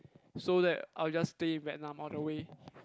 so that I will just stay in Vietnam all the way